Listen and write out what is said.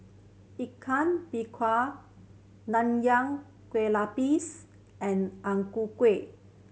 Ikan Bakar Nonya Kueh Lapis and Ang Ku Kueh